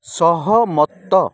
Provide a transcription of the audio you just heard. ସହମତ